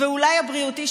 ואולי הבריאותי,